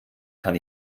kann